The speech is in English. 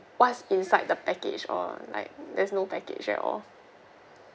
what's inside the package or like there's no package at all